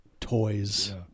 toys